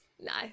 Nice